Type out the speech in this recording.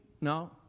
no